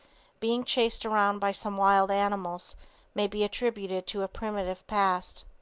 being chased around by some wild animals may be attributed to a primitive past.